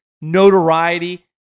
notoriety